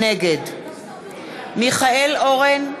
נגד מיכאל אורן,